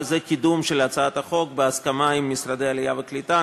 וזה קידום הצעת החוק בהסכמה עם משרד העלייה והקליטה,